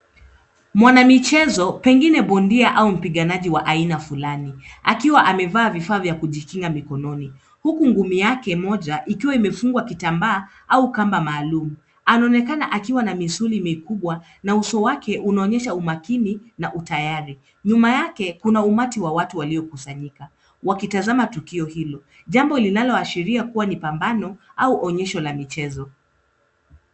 Mwanamichezo, pengine bondia au mpiganaji wa aina fulani, akiwa amevaa vifaa vya kujikinga mkononi, huku ngumi yake moja ikiwa imefungwa kitambaa au kamba maalum. Anaonekana akiwa na misuli mikubwa na uso wake unaonyesha umakini na utayari. Nyuma yake, kuna umati wa watu waliokusanyika wakitazama tukio hilo, jambo linaloashiria kuwa ni mapambano au onyesho la michezo.